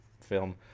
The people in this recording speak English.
film